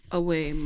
away